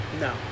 No